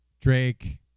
Drake